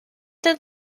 did